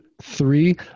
three